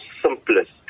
simplest